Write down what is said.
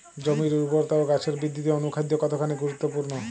জমির উর্বরতা ও গাছের বৃদ্ধিতে অনুখাদ্য কতখানি গুরুত্বপূর্ণ?